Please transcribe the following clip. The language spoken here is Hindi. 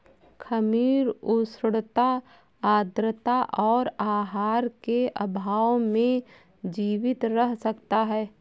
खमीर उष्णता आद्रता और आहार के अभाव में जीवित रह सकता है